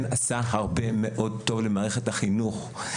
עשתה הרבה מאוד טוב למערכת החינוך.